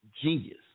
genius